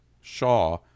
Shaw